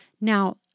Now